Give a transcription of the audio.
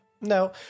no